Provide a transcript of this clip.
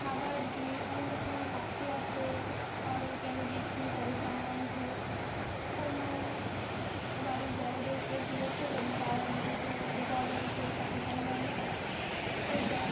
খাবার দিই অনেক রকমের পাখি আসে তাদেরকে আমি দেখি তাদের সম্বন্ধে কোনো বাড়ির বড়োদেরকে জিজ্ঞাসা করি তারা আমাদেরকে বলে যে এই পাখিটার নাম এইটা